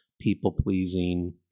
people-pleasing